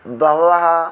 बहवः